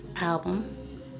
album